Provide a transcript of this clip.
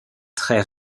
traits